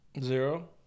Zero